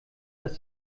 dass